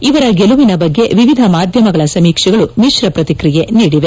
ಇವರ ಗೆಲುವಿನ ಬಗ್ಗೆ ವಿವಿಧ ಮಾಧ್ಯಮಗಳ ಸಮೀಕ್ಷೆಗಳು ಮಿಶ್ರ ಪ್ರತಿಕ್ರಿಯೆ ನೀಡಿವೆ